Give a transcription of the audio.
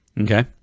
Okay